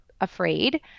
afraid